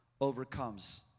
overcomes